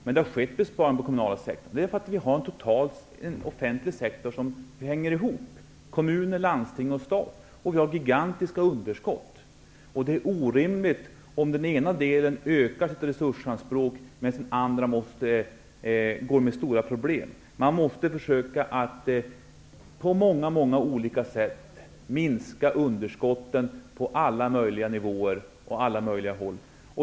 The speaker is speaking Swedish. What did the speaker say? Men att det skett besparingar inom den kommunala sektorn beror på att den offentliga sektorns delar hänger ihop -- dvs. kommunerna, landstingen och staten. Underskotten är gigantiska. Därför är det orimligt om den ena delen ökar sina resursanspråk, medan den andra har stora problem. På många olika sätt måste man försöka minska underskotten på alla möjliga nivåer och håll.